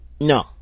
no